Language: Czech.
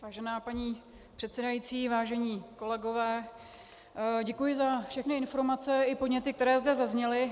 Vážená paní předsedající, vážení kolegové, děkuji za všechny informace i podněty, které zde zazněly.